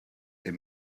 they